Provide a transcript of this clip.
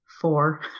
four